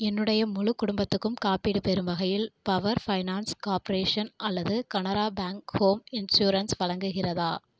என்னுடைய முழு குடும்பத்துக்கும் காப்பீடு பெறும் வகையில் பவர் ஃபைனான்ஸ் கார்பரேஷன் அல்லது கனரா பேங்க் ஹோம் இன்ஷுரன்ஸ் வழங்குகிறதா